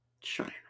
China